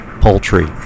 poultry